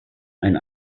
ein